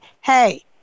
hey